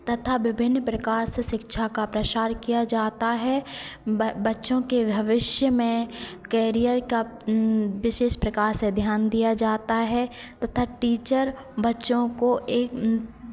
तथा विभिन्न प्रकार से शिक्षा का प्रसार किया जाता है बच्चों के भविष्य में कैरियर का विशेष प्रकार से ध्यान दिया जाता है तथा टीचर बच्चों को एक